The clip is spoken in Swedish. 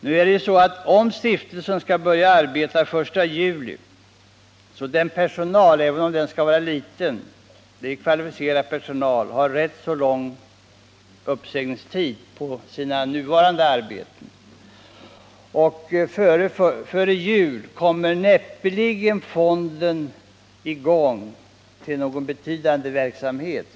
Nu är det ju så att om stiftelsen skall börja arbeta den 1 juli måste man tänka på att personalen — även om den är ganska liten — är kvalificerad arbetskraft som har rätt lång uppsägningstid på sina nuvarande arbeten. Före jul kommer fonden näppeligen i gång med någon betydande verksamhet.